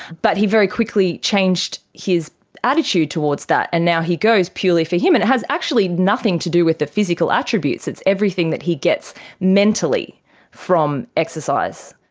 but he very quickly changed his attitude towards that and now he goes purely for him. and it has actually nothing to do with the physical attributes, it's everything that he gets mentally from exercise.